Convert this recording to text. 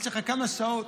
יש לך כמה שעות,